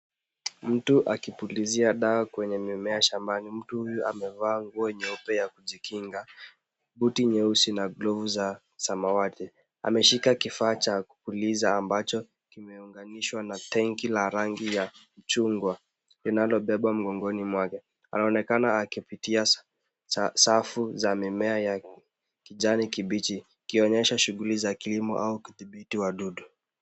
Mtu akipulizia dawa kwenye mimea shambani, mtu huyu amevaa nguo nyeupe ya kujikinga, buti nyeusi na glovu za samawati. Ameshika kifaa cha kupuliza ambacho kimeunganishwa na tenki la rangi ya chungwa, linalobeba mgongoni mwake. Anaonekana akipitia safu za mimea yake. Kijani kibichi, kionyesha shughuli za kilimo au kudhibiti wadudu.